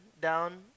down